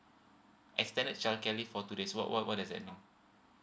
extended childcare leave for two days what what what is that mean